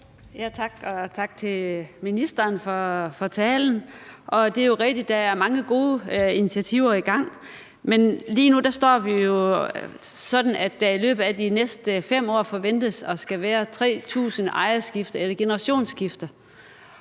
Tak. Og tak til ministeren for talen. Det er jo rigtigt, at der er mange gode initiativer i gang, men lige nu står vi i den situation, at der i løbet af de næste 5 år forventes at skulle være 3.000 ejerskifter eller generationsskifter,